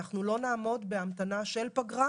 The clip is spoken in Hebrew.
אנחנו לא נעמוד בהמתנה של פגרה